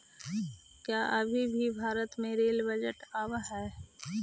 का अभी भी भारत में रेल बजट आवा हई